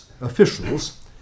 officials